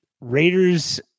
Raiders